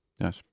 Yes